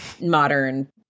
modern